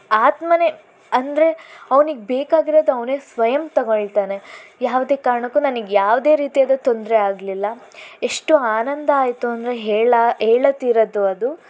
ಆತ್ಮನೇ ಅಂದರೆ ಅವನಿಗೆ ಬೇಕಾಗಿರೋದು ಅವನೇ ಸ್ವಯಂ ತಗೊಳ್ತಾನೆ ಯಾವುದೇ ಕಾರಣಕ್ಕೂ ನನಗೆ ಯಾವುದೇ ರೀತಿಯಾದ ತೊಂದರೆ ಆಗಲಿಲ್ಲ ಎಷ್ಟು ಆನಂದ ಆಯಿತು ಅಂದರೆ ಹೇಳ ಹೇಳತೀರದ್ದು ಅದು